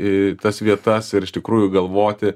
į tas vietas ir iš tikrųjų galvoti